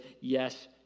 yes